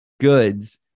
goods